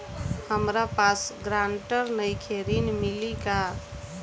हमरा पास ग्रांटर नईखे ऋण मिली का?